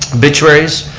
obituaries.